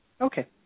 Okay